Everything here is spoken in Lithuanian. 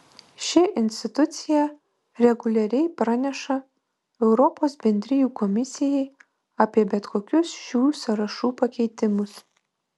ši institucija reguliariai praneša europos bendrijų komisijai apie bet kokius šių sąrašų pakeitimus